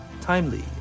timely